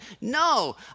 No